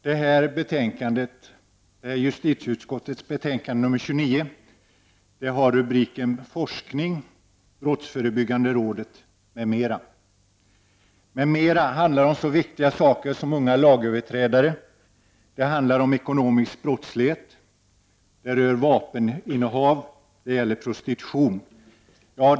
Herr talman! Justitieutskottets betänkande nr 29 har rubriken Forskning — Brottsförebyggande rådet m.m. I ”mn.m.” inryms så viktiga saker som unga lagöverträdare, ekonomisk brottslighet, vapeninnehav och prostitution.